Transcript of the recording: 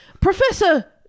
Professor